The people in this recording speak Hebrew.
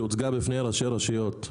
שהוצגה בפני ראשי רשויות,